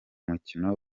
mukino